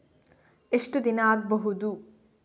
ಎಷ್ಟು ದಿನ ಆಗ್ಬಹುದು?